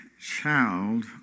child